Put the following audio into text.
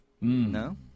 No